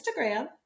Instagram